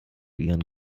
ihren